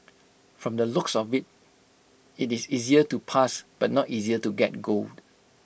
from the looks of IT it is easier to pass but not easier to get gold